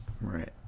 Right